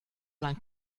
lang